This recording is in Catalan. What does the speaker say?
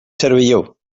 cervelló